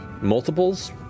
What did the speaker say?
Multiples